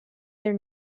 their